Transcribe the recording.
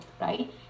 right